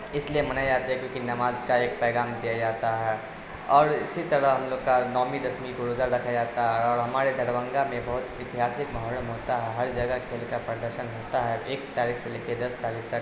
اس لیے منایا جاتا ہے کیونکہ نماز کا ایک پیغام دیا جاتا ہے اور اسی طرح ہم لوگ کا نویں دسویں کو روزہ رکھا جاتا ہے اور ہمارے دربھنگا میں بہت ایتیہاسک محرم ہوتا ہے ہر جگہ کھیل کا پردرشن ہوتا ہے ایک تاریخ سے لے کے دس تاریخ تک